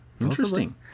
interesting